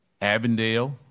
Avondale